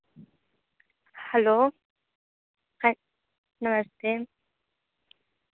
hello ह नमस्ते